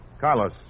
Carlos